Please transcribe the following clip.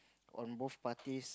on both parties